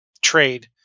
trade